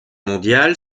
mondiale